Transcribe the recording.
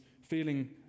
feeling